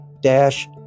dash